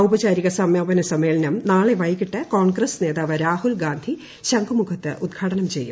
ഔപചാരിക സമാപന സമ്മേളനം നാളെ വൈകിട്ട് കോൺഗ്രസ് നേതാവ് രാഹുൽഗാന്ധി ശംഖുമുഖത്ത് ഉദ്ഘാടനം ചെയ്യും